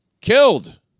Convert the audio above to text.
killed